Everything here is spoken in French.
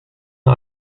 n’a